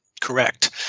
correct